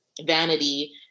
vanity